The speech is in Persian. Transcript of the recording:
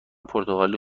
پرتغالی